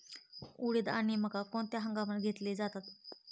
उडीद आणि मका कोणत्या हंगामात घेतले जातात?